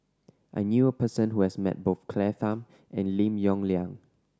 I knew a person who has met both Claire Tham and Lim Yong Liang